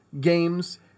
games